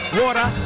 water